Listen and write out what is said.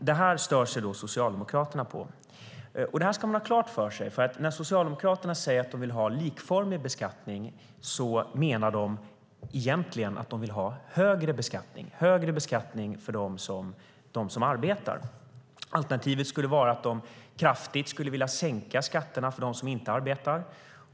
Det stör sig Socialdemokraterna på. Detta ska man ha klart för sig, för när Socialdemokraterna säger att de vill ha likformig beskattning menar de egentligen att de vill ha högre beskattning - högre beskattning för dem som arbetar. Alternativet skulle vara att de kraftigt skulle vilja sänka skatterna för dem som inte arbetar.